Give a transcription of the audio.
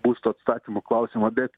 būsto atstatymo klausimą bet